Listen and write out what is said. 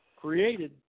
created